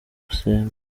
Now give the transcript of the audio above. gusenga